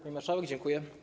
Pani marszałek, dziękuję.